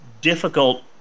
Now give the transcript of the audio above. difficult